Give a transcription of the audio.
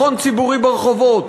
ומתן ביטחון ציבורי ברחובות,